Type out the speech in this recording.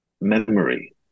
memory